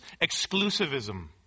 exclusivism